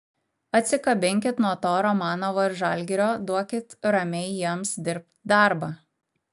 atsikabinkit nuo to romanovo ir žalgirio duokit ramiai jiems dirbt darbą